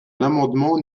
l’amendement